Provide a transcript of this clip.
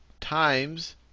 times